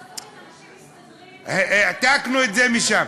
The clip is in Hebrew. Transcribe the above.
בארצות-הברית אנשים מסתדרים, העתקנו את זה משם.